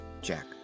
Jack